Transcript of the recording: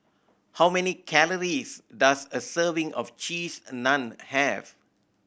how many calories does a serving of Cheese Naan have